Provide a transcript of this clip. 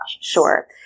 Sure